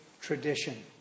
Tradition